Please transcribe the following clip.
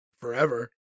forever